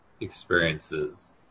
experiences